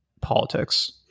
politics